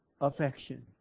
affection